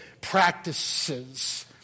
practices